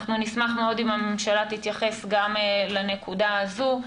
אנחנו נשמח מאוד אם הממשלה תתייחס גם לנקודה הזו.